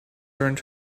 turned